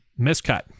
miscut